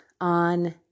on